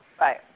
Right